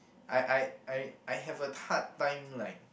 I I I I have a hard time like